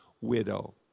widow